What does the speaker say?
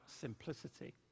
simplicity